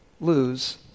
lose